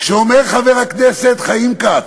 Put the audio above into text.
כשאומר חבר הכנסת חיים כץ,